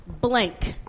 blank